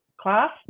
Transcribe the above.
class